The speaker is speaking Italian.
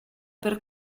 per